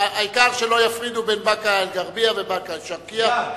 העיקר שלא יפרידו בין באקה-אל-ע'רביה ובאקה-אל-שרקיה.